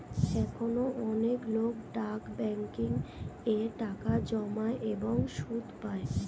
এখনো অনেক লোক ডাক ব্যাংকিং এ টাকা জমায় এবং সুদ পায়